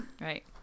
Right